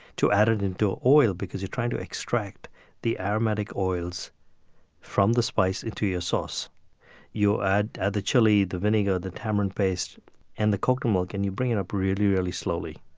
to add it into ah oil. you're trying to extract the aromatic oils from the spice into your sauce you add add the chili, the vinegar, the tamarind paste and the coconut milk. and you bring it up really, really slowly.